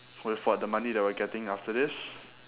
with what the money that we are getting after this